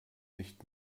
nicht